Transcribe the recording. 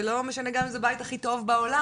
גם אם זה הבית הכי טוב בעולם,